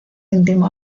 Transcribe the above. íntimo